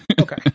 Okay